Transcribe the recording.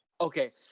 Okay